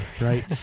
right